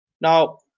now